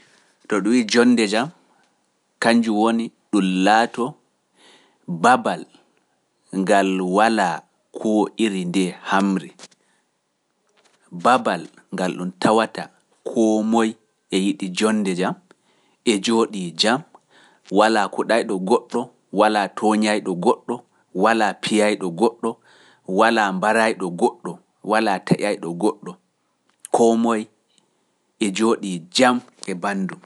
To ɗum wi'i jonde jam, kanjum woni ɗum laato babal ngal walaa koo iri ndee hamri. Babal ngal ɗum tawata koo moye e yiɗi jonde jam e jooɗii jam, walaa kuɗayɗo goɗɗo, walaa tooñayɗo goɗɗo, walaa piyayɗo goɗɗo, walaa mbarayɗo goɗɗo, walaa taƴayɗo goɗɗo, koo moye e jooɗii jam e banndu.